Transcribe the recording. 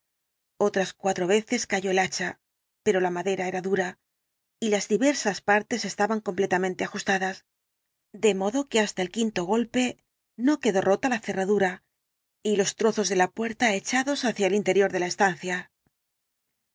otras cuatro veces cayó el hacha pero la madera era dura y las diversas partes estaban completamente ajustadas de modo que hasta el quinto golpe no quedó rota la cerradura y los trozos de la puerta echados hacia el interior de la estancia